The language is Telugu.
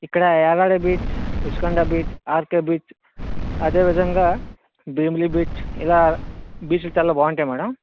ఇక్కడ Yarada beach Rushikonda beach RK beach అదేవిధంగా భీమిలి బీచ్ ఇలా బీచ్లు చాలా బాగుంటాయి మ్యాడమ్